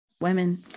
women